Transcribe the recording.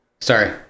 sorry